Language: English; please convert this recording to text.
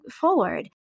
forward